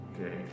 Okay